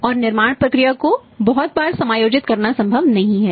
और निर्माण प्रक्रिया को बहुत बार समायोजित करना संभव नहीं है